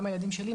גם הילדים שלי,